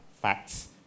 facts